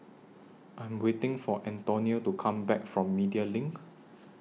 I Am waiting For Antonio to Come Back from Media LINK